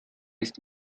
ist